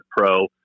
pro